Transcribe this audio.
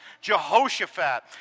Jehoshaphat